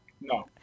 No